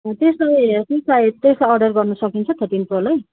अँ त्यसलाई त्यसलाई त्यसलाई अर्डर गर्न सकिन्छ थर्टिन प्रोलाई